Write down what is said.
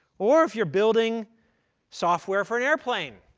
or if you're building software for an airplane,